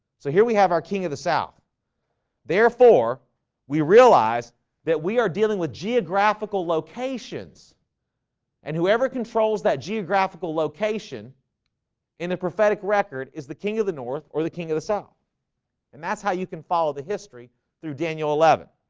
so here we have our king of the south therefore we realize that we are dealing with geographical locations and whoever controls that geographical location in the prophetic record is the king of the north or the king of the south and that's how you can follow the history through daniel eleven